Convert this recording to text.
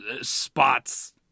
spots